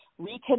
reconnect